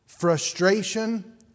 Frustration